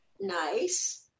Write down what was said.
Nice